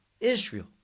Israel